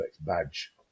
badge